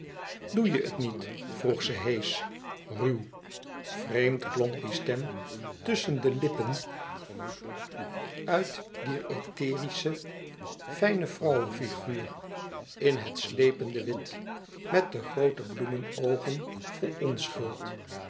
doe je het niet vroeg ze heesch ruw vreemd klonk die stem tusschen de lippen uit dier etherisch fijne vrouwe figuur in het slepende wit met de groote bloemenoogen vol onschuld